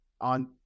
on